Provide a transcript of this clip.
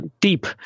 deep